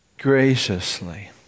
graciously